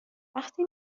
وقتی